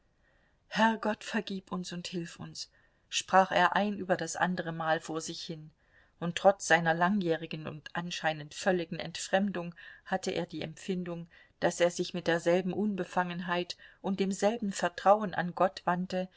herrgott vergib uns und hilf uns sprach er ein über das andere mal vor sich hin und trotz seiner langjährigen und anscheinend völligen entfremdung hatte er die empfindung daß er sich mit derselben unbefangenheit und demselben vertrauen an gott wandte